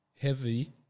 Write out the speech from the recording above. heavy